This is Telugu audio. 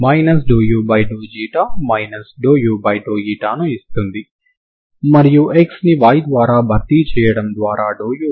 కాబట్టి ఇది సమీకరణం యొక్క పరిష్కారం అయితే ఇది రెండు సార్లు డిఫరెన్ష్యబుల్ మరియు కంటిన్యూస్ అవ్వాలి